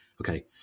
Okay